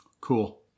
Cool